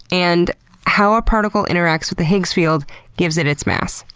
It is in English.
and how a particle interact with the higgs field gives it its mass,